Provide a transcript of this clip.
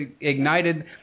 ignited